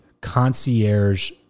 concierge